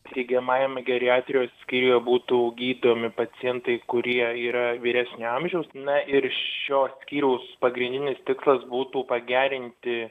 steigiamajame geriatrijos skyriuje būtų gydomi pacientai kurie yra vyresnio amžiaus na ir šio skyriaus pagrindinis tikslas būtų pagerinti